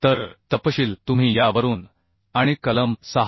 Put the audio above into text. तर तपशील तुम्ही यावरून आणि कलम 6